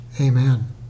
Amen